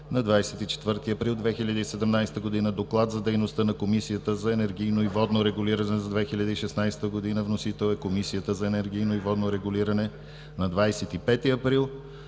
На 24 април 2017 г. – Доклад за дейността на Комисията за енергийно и водно регулиране за 2016 г. Вносител е Комисията за енергийно и водно регулиране. На 25 април